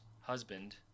husband